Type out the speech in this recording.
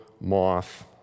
moth